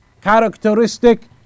characteristic